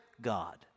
God